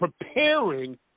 preparing